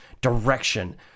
Direction